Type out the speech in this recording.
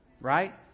Right